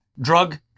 drug